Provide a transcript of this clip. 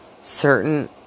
certain